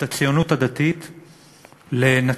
את הציונות הדתית לנאציזם.